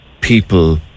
people